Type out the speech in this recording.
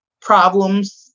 problems